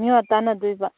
ꯃꯤꯋꯥ ꯇꯥꯅꯗꯣꯏꯕ